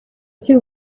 two